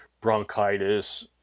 bronchitis